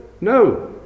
No